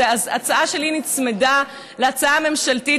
ההצעה שלי נצמדה להצעה הממשלתית,